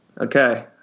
Okay